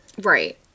Right